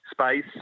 space